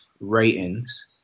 ratings